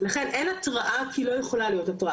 אבל העובד צריך לדעת שברגע שהוא שוהה בלתי חוקי,